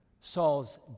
Saul's